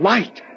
Light